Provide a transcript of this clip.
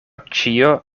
ĉio